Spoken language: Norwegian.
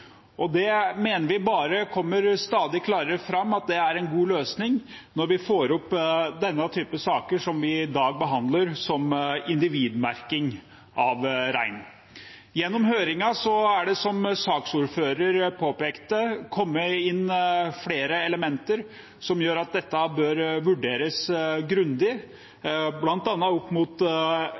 reindriftsloven. Vi mener det bare kommer stadig klarere fram at det er en god løsning, når vi får opp denne typen saker som vi i dag behandler, som individmerking av rein. Gjennom høringen er det, som saksordføreren påpekte, kommet inn flere elementer som gjør at dette bør vurderes grundig, bl.a. opp mot